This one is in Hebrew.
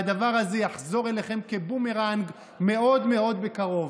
והדבר הזה יחזור אליכם כבומרנג מאוד מאוד בקרוב.